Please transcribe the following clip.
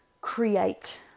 create